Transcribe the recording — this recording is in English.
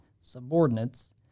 subordinates